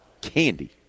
candy